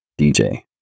DJ